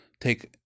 take